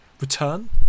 return